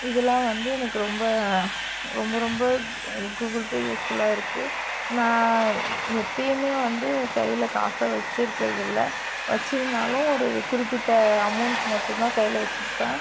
இதெலாம் வந்து எனக்கு ரொம்ப ரொம்ப ரொம்ப கூகுள் பே யூஸ்ஃபுல்லாக இருக்குது நான் எப்பேயுமே வந்து கையில் காசை வச்சுருக்கறதில்ல வச்சுருந்தாலும் ஒரு குறிப்பிட்ட அமௌண்ட் மட்டும்தான் கையில் வச்சுப்பேன்